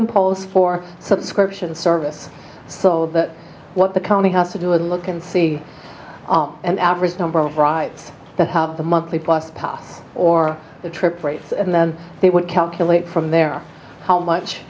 imposed for subscription service so that what the county has to do and look and see an average number of rights that have the monthly plus pop or the trip rates and then they would calculate from there how much